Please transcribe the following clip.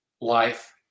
life